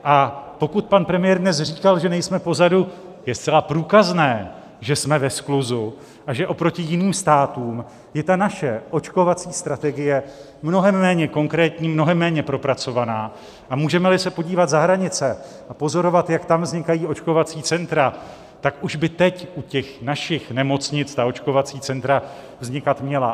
A pokud pan premiér dnes říkal, že nejsme pozadu, je zcela průkazné, že jsme ve skluzu a že oproti jiným státům je ta naše očkovací strategie mnohem méně konkrétní, mnohem méně propracovaná, a můžemeli se podívat za hranice a pozorovat, jak tam vznikají očkovací centra, tak už by teď u těch našich nemocnic ta očkovací centra vznikat měla.